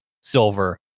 silver